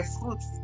fruits